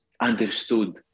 understood